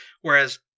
Whereas